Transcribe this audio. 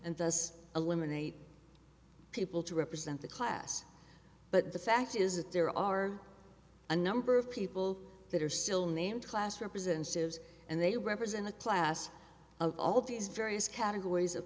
thus eliminate people to represent the class but the fact is that there are a number of people that are still named class representatives and they represent a class of all of these various categories of